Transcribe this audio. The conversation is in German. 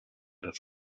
das